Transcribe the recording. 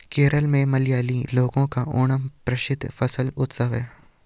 केरल में मलयाली लोगों का ओणम प्रसिद्ध फसल उत्सव है